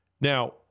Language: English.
Now